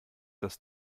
das